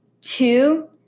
two